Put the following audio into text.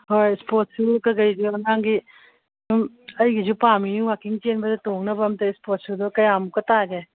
ꯍꯣꯏ ꯏꯁꯄꯣꯠ ꯁꯨ ꯀꯩꯀꯩꯁꯨ ꯑꯉꯥꯡꯒꯤ ꯁꯨꯝ ꯑꯩꯒꯤꯁꯨ ꯄꯥꯝꯃꯤꯅꯤ ꯋꯥꯀꯤꯡ ꯆꯦꯟꯕꯗ ꯇꯣꯡꯅꯕ ꯑꯝꯇ ꯏꯁꯄꯣꯠ ꯁꯨꯗꯣ ꯀꯌꯥꯃꯨꯛꯀ ꯇꯥꯒꯦ